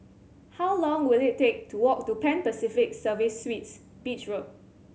how long will it take to walk to Pan Pacific Service Suites Beach Road